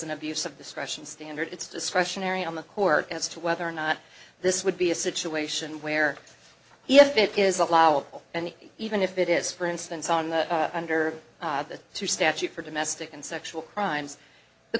an abuse of discretion standard it's discretionary on the court as to whether or not this would be a situation where if it is allowable and even if it is for instance on the under the statute for domestic and sexual crimes the